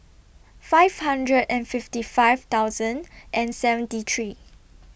five hundred and fifty five thousand and seventy three